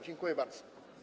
Dziękuję bardzo.